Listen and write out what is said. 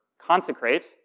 consecrate